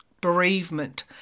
bereavement